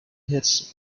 heads